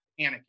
panicking